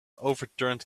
overturned